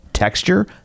Texture